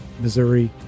Missouri